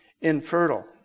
infertile